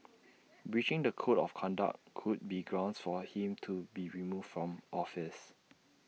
breaching the code of conduct could be grounds for him to be removed from office